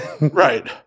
right